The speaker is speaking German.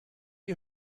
ihr